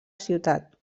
ciutat